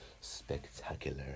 spectacular